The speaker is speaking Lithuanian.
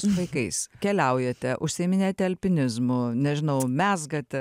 su vaikais keliaujate užsiiminėjate alpinizmu nežinau mezgate